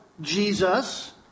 Jesus